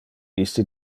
iste